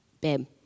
babe